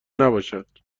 نباشد